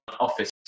office